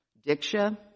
diksha